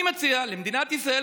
אני מציע למדינת ישראל,